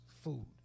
food